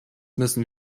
müssen